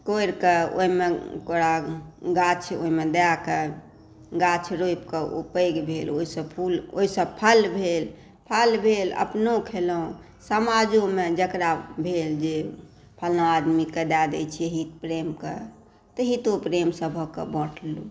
कोरि कऽ ओहिमे ओकरा गाछ ओहिमे दए कऽ गाछ रोपि कऽ ओ पैघ भेल ओहिसँ ओहिसँ फल भेल फल भेल अपनो खेलहुॅं समाजो मे जकरा भेल जे फलां आदमीकेँ दए दै छियै हित प्रेम के तऽ हितो प्रेम सब के बाँटलहुॅं